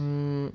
اۭں